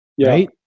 right